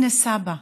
והינה, סבא,